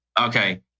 Okay